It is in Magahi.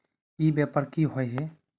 ई व्यापार की होय है?